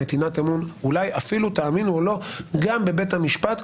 תצאו ודברו את האמת בפנים.